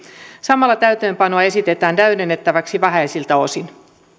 samalla täytäntöönpanoa esitetään täydennettäväksi vähäisiltä osin